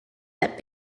that